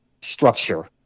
structure